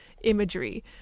imagery